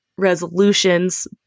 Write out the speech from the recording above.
resolutions